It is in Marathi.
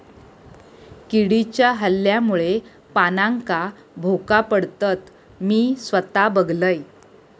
किडीच्या हल्ल्यामुळे पानांका भोका पडतत, मी स्वता बघलंय